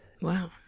Wow